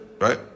right